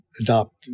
adopt